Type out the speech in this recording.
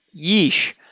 yeesh